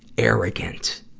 arrogant,